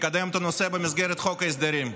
תקדם את הנושא במסגרת חוק ההסדרים.